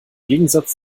gegensatz